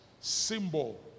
symbol